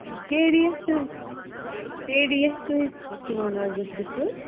ٹھیٖک K D ایسٕے K D S کٔہۍ چھِ ونان لٔکرِ فُٹ